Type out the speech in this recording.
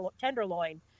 tenderloin